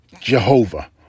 Jehovah